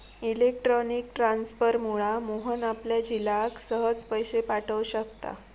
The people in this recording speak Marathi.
इलेक्ट्रॉनिक ट्रांसफरमुळा मोहन आपल्या झिलाक सहज पैशे पाठव शकता